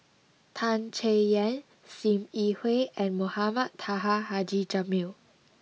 Tan Chay Yan Sim Yi Hui and Mohamed Taha Haji Jamil